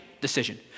decision